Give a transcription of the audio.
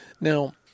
Now